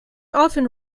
often